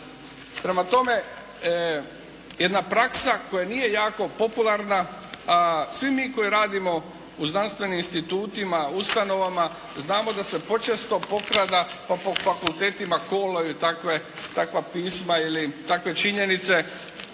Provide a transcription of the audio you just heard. Prema tome, jedna praksa koja nije jako popularna, a svi mi koji radimo u znanstvenim institutima, ustanovama, znamo da se počesto pokrada po fakultetima kolaju takva pisma ili takve činjenice.